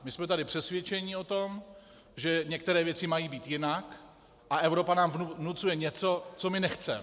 My jsme tady přesvědčeni o tom, že některé věci mají být jinak, a Evropa nám vnucuje něco, co my nechceme.